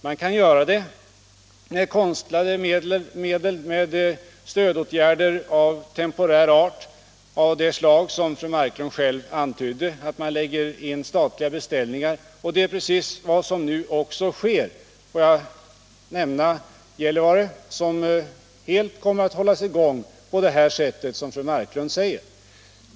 Man kan göra det på konstlad väg, med stödåtgärder av temporär art och av det slag som fru Marklund själv antydde, alltså genom att staten går in med beställningar. Det är precis vad som nu också sker. Låt mig nämna Gällivarefabriken, som helt kommer att hållas i gång på det sätt som fru Marklund angav.